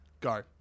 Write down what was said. Go